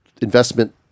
investment